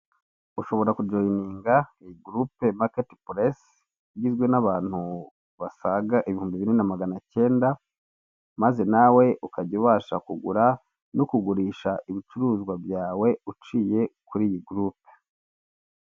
Ushobora kujoyininga iyi gurupe maketi purase igizwe n'abantu basaga ibihumbi bine na magana akenda maze nawe ukajya ubasha kugura no kugurisha ibicuruzwa byawe uciye kuri iyi gurupe.